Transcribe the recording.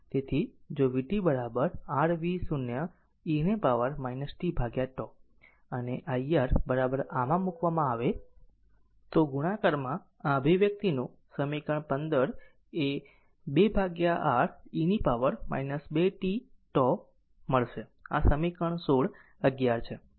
તેથી જો vt r v0 e ને પાવર t τ અને ir આમાં મૂકવામાં આવે તો ગુણાકારમાં આ અભિવ્યક્તિ નું સમીકરણ 15 એ0 2R e પાવર 2 tτ મળશે આ સમીકરણ 16 યોગ્ય છે